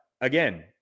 again